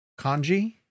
Kanji